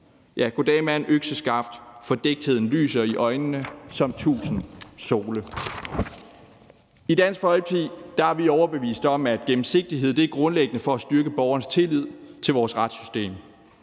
goddag mand økseskaft. Fordæktheden lyser en i øjnene som tusind sole. I Dansk Folkeparti er vi overbevist om, at gennemsigtighed er grundlæggende for at styrke borgernes tillid til vores retssystem.